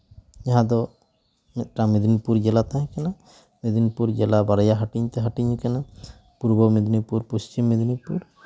ᱱᱚᱣᱟ ᱫᱚ ᱢᱤᱫᱴᱟᱝ ᱢᱮᱫᱽᱱᱤᱯᱩᱨ ᱡᱮᱞᱟ ᱛᱟᱦᱮᱸ ᱠᱟᱱᱟ ᱢᱮᱫᱽᱱᱤᱯᱩᱨ ᱡᱮᱞᱟ ᱵᱟᱨᱭᱟ ᱦᱟᱹᱴᱤᱧ ᱛᱮ ᱦᱟᱹᱴᱤᱧ ᱠᱟᱱᱟ ᱯᱩᱨᱵᱚ ᱢᱮᱫᱱᱱᱤᱯᱩᱨ ᱯᱚᱪᱷᱤᱢ ᱢᱮᱫᱽᱱᱤᱯᱩᱨ